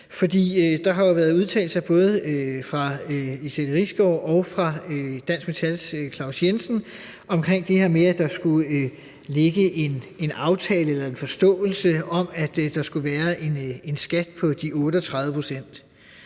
Der har jo været udtalelser fra både Lizette Risgaard og fra Dansk Metals Claus Jensen om det her med, at der skulle ligge en aftale om eller en forståelse af, at der skulle være en skat på de 38 pct.